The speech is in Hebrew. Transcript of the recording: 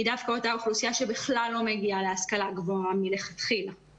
היא דווקא אותה אוכלוסייה שבכלל לא מגיעה להשכלה הגבוהה מלכתחילה.